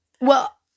Well-